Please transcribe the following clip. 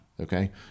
Okay